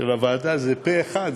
של הוועדה, זה פה-אחד.